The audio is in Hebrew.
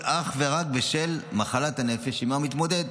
אך ורק בשל מחלת הנפש שעימה הוא מתמודד.